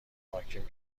بانکیم